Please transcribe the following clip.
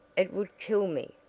it would kill me.